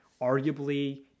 arguably